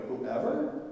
whoever